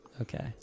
Okay